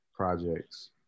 Projects